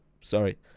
sorry